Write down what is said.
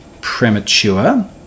premature